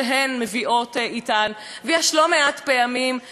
ויש לא מעט פעמים של אי-נעימויות גדולות.